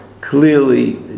clearly